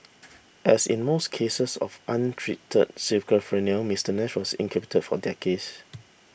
as in most cases of untreated schizophrenia Mister Nash was incapacitated for decades